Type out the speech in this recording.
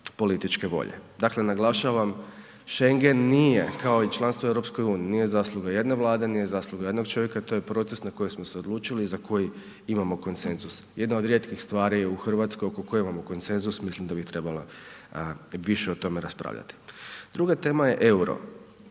političke volje. Dakle naglašavam, Schengen nije kao i članstvo u EU, nije zasluga jedne Vlade, nije zasluga jednog čovjeka, to je proces na koji smo se odlučili i za koji imamo konsenzus, jedna od rijetkih stvari u RH oko koje imamo konsenzus mislim da bi trebala više o tome raspravljati. Druga tema je EUR-o,